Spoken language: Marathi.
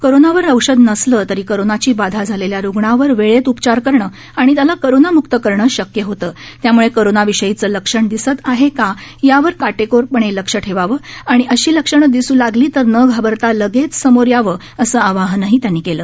कोरोनावर औषध नसलं तरी कोरोनाची बाधा झालेल्या रुग्णावर वेळेत उपचार करणं आणि त्याला कोरोनामुक्त करणं शक्य होतं त्यामुळे कोरोनाविषयीचं लक्षण दिसत आहेत का यावर काटेकोर लक्ष ठेवावं आणि अशी लक्षणं दिस् लागली न घाबरता लगेचच समोर यावं असं आवाहनही त्यांनी केलं